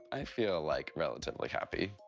i feel, like, relatively happy.